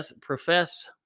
profess